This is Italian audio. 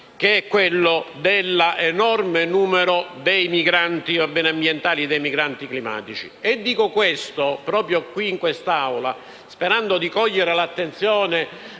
che è quello dell'enorme numero dei migranti ambientali e climatici. Dico questo proprio qui in quest'Aula, sperando di cogliere l'attenzione